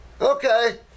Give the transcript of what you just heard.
Okay